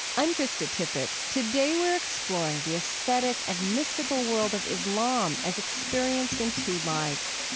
i'm krista tippett. today we're exploring the aesthetic and mystical world of islam as experienced in two lives